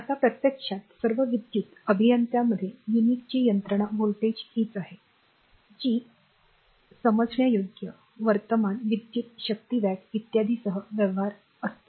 आता प्रत्यक्षात सर्व विद्युत अभियंत्यांमध्ये युनिटची यंत्रणा वोल्टेज हीच आहे जी आमोजण्यायोग्य वर्तमान विद्युत शक्ती वॅट इत्यादींसह व्यवहार करतो